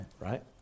Right